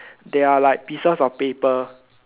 there are like pieces of paper